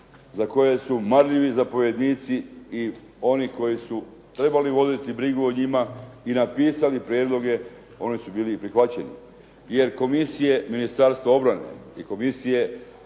za koje su marljivi zapovjednici i oni koji su trebali voditi brigu o njima i napisali prijedloge oni su bili i prihvaćeni jer komisije Ministarstva obrane i komisije